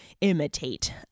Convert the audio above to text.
imitate